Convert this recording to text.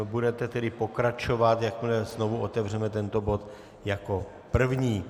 Budete tedy pokračovat, jakmile znovu otevřeme tento bod, jako první.